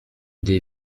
des